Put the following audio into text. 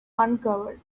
uncovered